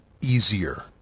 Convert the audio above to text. easier